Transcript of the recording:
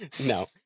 No